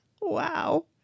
Wow